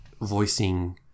voicing